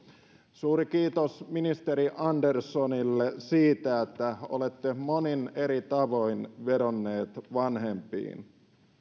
suuri kiitos ministeri anderssonille siitä että olette monin eri tavoin vedonneet vanhempiin